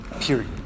Period